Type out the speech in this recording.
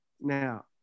Now